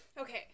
okay